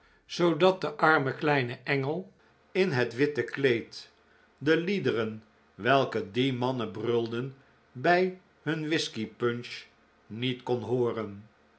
zoodat de arme kleine engel in het witte kleed de liederen welke die mannen brulden bij hun whiskey punch niet kon hooren